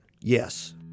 Yes